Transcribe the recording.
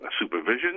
supervision